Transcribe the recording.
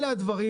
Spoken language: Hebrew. אלה הדברים,